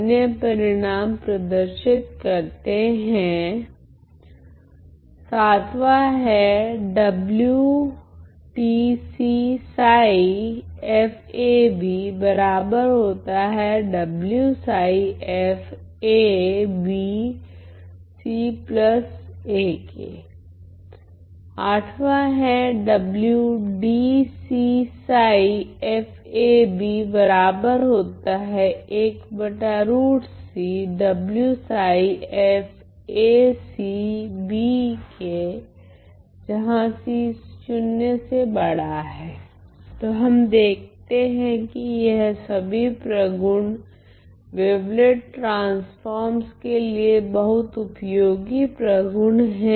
अन्य परिणाम प्रदर्शित करते है तो हम देखते है कि यह सभी प्रगुण वेवलेट ट्रांसफोर्मस के लिए बहुत उपयोगी प्रगुण हैं